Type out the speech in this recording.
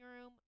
room